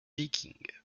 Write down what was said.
viking